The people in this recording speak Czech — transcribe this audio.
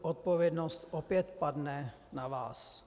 Odpovědnost opět padne na vás.